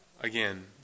again